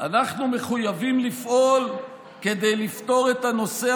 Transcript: אנחנו מחויבים לפעול כדי לפתור את הנושא